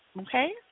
Okay